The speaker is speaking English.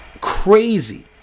Crazy